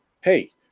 hey